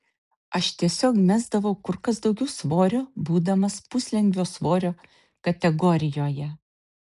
aš tiesiog mesdavau kur kas daugiau svorio būdamas puslengvio svorio kategorijoje